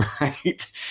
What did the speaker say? right